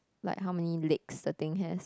like how may legs the thing has